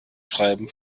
schreiben